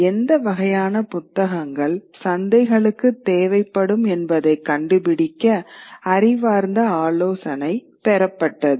எந்த வகையான புத்தகங்கள் சந்தைகளுக்கு தேவைப்படும் என்பதைக் கண்டுபிடிக்க அறிவார்ந்த ஆலோசனை பெறப்பட்டது